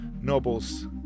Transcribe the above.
Noble's